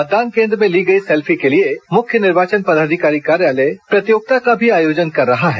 मतदान केन्द्र में ली गई सेल्फी के लिए मुख्य निर्वाचन पदाधिकारी कार्यालय प्रतियोगिता का भी आयोजन कर रहा है